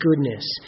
goodness